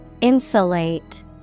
Insulate